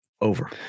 over